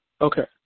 okay